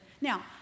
Now